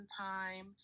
time